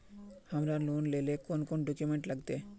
हमरा लोन लेले कौन कौन डॉक्यूमेंट लगते?